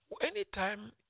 anytime